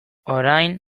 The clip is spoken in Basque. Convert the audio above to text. orain